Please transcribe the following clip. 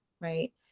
right